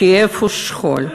כאב ושכול,